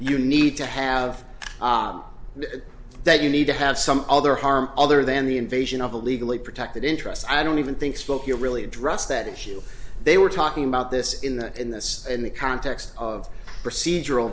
you need to have that you need to have some other harm other than the invasion of a legally protected interest i don't even think spokeo really addressed that issue they were talking about this in the in this in the context of procedural